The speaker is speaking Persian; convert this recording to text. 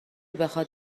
بخواد